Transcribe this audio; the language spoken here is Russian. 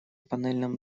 панельном